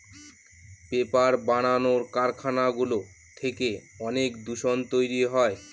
paper বানানোর কারখানাগুলো থেকে অনেক দূষণ তৈরী হয়